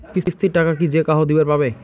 কিস্তির টাকা কি যেকাহো দিবার পাবে?